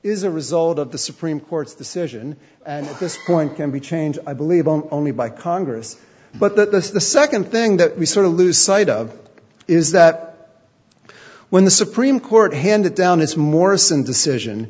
is a result of the supreme court's decision and this point can be changed i believe only by congress but the second thing that we sort of lose sight of is that when the supreme court handed down its morrison decision